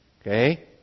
Okay